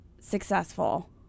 successful